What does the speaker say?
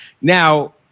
Now